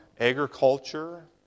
Agriculture